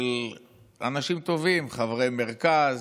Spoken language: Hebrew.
של אנשים טובים: חברי מרכז,